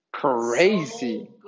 Crazy